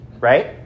right